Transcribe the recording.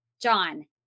John